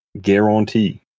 guarantee